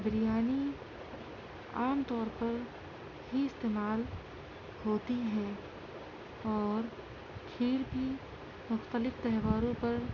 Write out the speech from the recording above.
بریانی عام طور پر ہی استعمال ہوتی ہے اور کھیر بھی مختلف تہواروں پر